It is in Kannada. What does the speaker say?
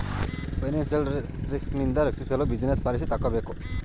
ಫೈನಾನ್ಸಿಯಲ್ ರಿಸ್ಕ್ ನಿಂದ ರಕ್ಷಿಸಲು ಬಿಸಿನೆಸ್ ಪಾಲಿಸಿ ತಕ್ಕೋಬೇಕು